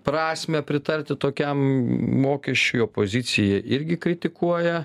prasmę pritarti tokiam mokesčiui opozicija irgi kritikuoja